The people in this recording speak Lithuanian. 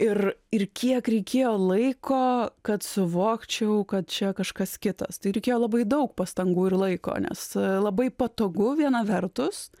ir ir kiek reikėjo laiko kad suvokčiau kad čia kažkas kitas tai reikėjo labai daug pastangų ir laiko nes labai patogu viena vertus